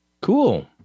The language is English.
Cool